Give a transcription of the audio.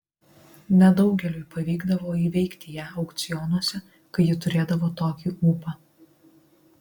nedaugeliui pavykdavo įveikti ją aukcionuose kai ji turėdavo tokį ūpą